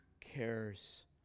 cares